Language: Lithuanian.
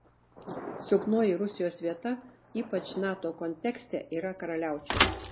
silpnoji rusijos vieta ypač nato kontekste yra karaliaučius